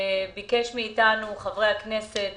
שביקש מאיתנו חברי הכנסת